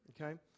okay